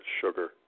sugar